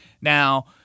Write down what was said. Now